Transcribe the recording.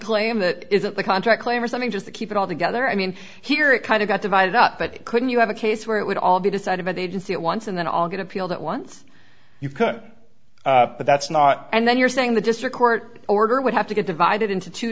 claim that isn't the contract claim or something just to keep it all together i mean here it kind of got divided up but couldn't you have a case where it would all be decided by the agency at once and then all get appealed at once you could but that's not and then you're saying the district court order would have to get divided into two